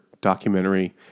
documentary